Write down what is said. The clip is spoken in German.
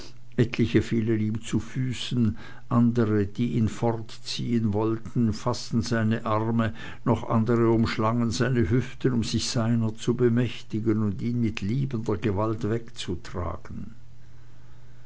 etliche fielen ihm zu füßen andere die ihn fortziehen wollten faßten seine arme noch andere umschlangen seine hüften um sich seiner zu bemächtigen und ihn mit liebender gewalt wegzutragen